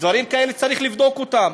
דברים כאלה, צריך לבדוק אותם.